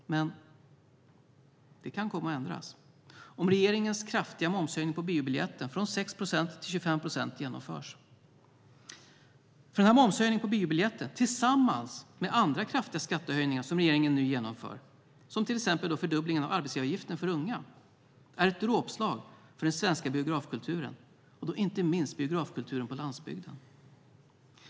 Men det kan komma att ändras om regeringens kraftiga momshöjning på biobiljetten från 6 procent till 25 procent moms genomförs. Den momshöjningen på biobiljetten, tillsammans med andra kraftiga skattehöjningar som regeringen nu genomför, som fördubblingen av arbetsgivaravgiften för unga, är ju ett dråpslag för den svenska biografkulturen, inte minst på landsbygden.